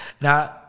now